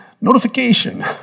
Notification